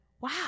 wow